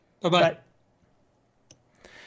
Bye-bye